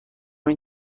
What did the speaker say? این